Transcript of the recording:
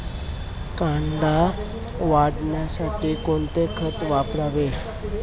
कांदा वाढीसाठी कोणते खत वापरावे?